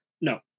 no